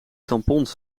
tampons